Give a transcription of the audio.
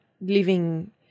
living